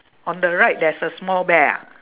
on the right there's a small bear ah